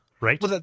right